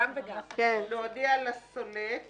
"להודיע לסולק